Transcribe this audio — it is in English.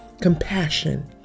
compassion